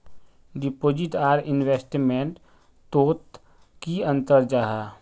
Deposit आर investment तोत की अंतर जाहा?